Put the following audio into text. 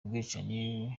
ubwicanyi